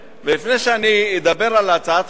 ולפני שאני אדבר על הצעת החוק שלי,